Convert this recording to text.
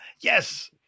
yes